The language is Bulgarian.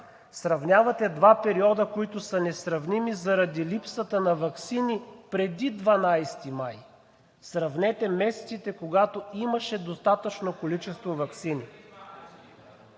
сравнявате два периода, които са несравними заради липсата на ваксини преди 12 май. Сравнете месеците, когато имаше достатъчно количество ваксини.